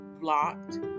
Blocked